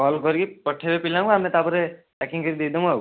call କରିକି ପଠେଇବେ ପିଲାଙ୍କୁ ଆମେ ତାପରେ ପ୍ୟାକିଙ୍ଗ୍ କରି ଦେଇଦେମୁ ଆଉ